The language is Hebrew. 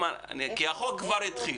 החוק כבר התחיל,